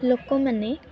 ଲୋକମାନେ